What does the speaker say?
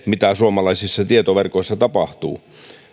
mitä suomalaisissa tietoverkoissa tapahtuu